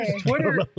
Twitter